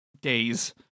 days